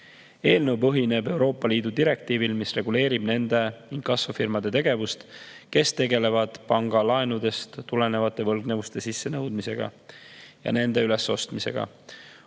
Eelnõu põhineb Euroopa Liidu direktiivil, mis reguleerib nende inkassofirmade tegevust, kes tegelevad pangalaenudest tulenevate võlgnevuste sissenõudmisega ja nende ülesostmisega.